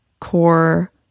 core